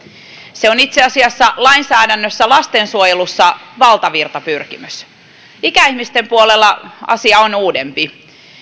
se on itse asiassa lainsäädännössä lastensuojelussa valtavirtapyrkimys ikäihmisten puolella asia on uudempi